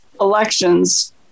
elections